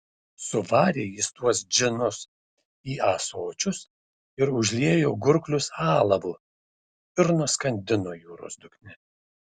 suvarė jis tuos džinus į ąsočius ir užliejo gurklius alavu ir nuskandino jūros dugne